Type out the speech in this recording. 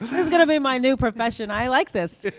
is going to be my new profession. i like this.